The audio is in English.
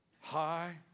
High